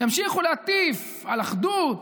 ימשיכו להטיף על אחדות.